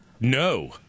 no